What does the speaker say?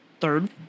third